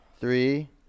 Three